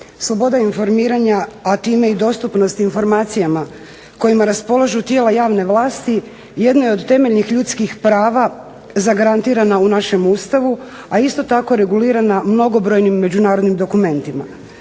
Sloboda informiranja, a time i dostupnost informacijama kojima raspolažu tijela javne vlasti jedno je od temeljnih ljudskih prava zagarantirana u našem Ustavu, a isto tako regulirana mnogobrojnim međunarodnim dokumentima.